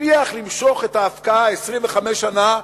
הצליח למשוך את ההפקעה 25 שנה,